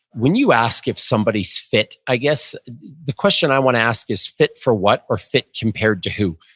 when you ask if somebody's fit, i guess the question i want to ask is fit for what? or fit compared to who?